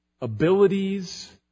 abilities